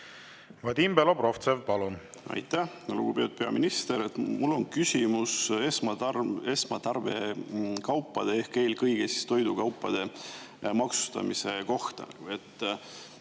Vadim Belobrovtsev, palun! Aitäh! Lugupeetud peaminister! Mul on küsimus esmatarbekaupade, eelkõige toidukaupade maksustamise kohta.